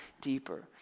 deeper